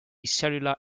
cellular